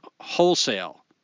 wholesale